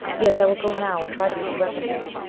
yes. i will go now and try to get the weapons.